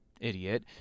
idiot